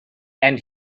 and